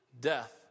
Death